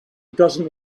doesn’t